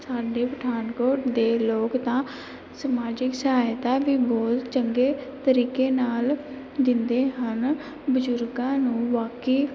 ਸਾਡੇ ਪਠਾਨਕੋਟ ਦੇ ਲੋਕ ਤਾਂ ਸਮਾਜਿਕ ਸਹਾਇਤਾ ਵੀ ਬਹੁਤ ਚੰਗੇ ਤਰੀਕੇ ਨਾਲ ਦਿੰਦੇ ਹਨ ਬਜ਼ੁਰਗਾਂ ਨੂੰ ਬਾਕੀ